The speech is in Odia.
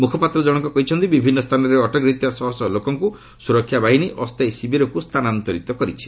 ମୁଖପାତ୍ର ଜଣଙ୍କ କହିଛନ୍ତି ବିଭିନ୍ନ ସ୍ଥାନରେ ଅଟକି ରହିଥିବା ଶହଶହ ଲୋକଙ୍କୁ ସୁରକ୍ଷା ବାହିନୀ ଅସ୍ଥାୟୀ ଶିବିରକୁ ସ୍ଥାନାନ୍ତରିତ କରିଛି